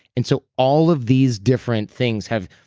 and so all of these different things have.